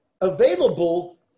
available